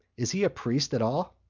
is he a priest at all?